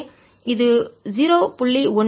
எனவே இது 0